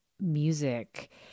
music